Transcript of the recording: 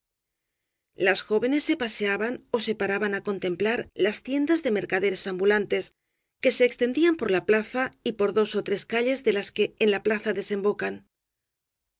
las jóvenes se paseaban ó se paraban á contempiar las tiendas de mercaderes ambulantes que se extendían por la plaza y por dos ó tres calles de las que en la plaza desembocan